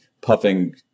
puffing